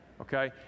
Okay